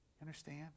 Understand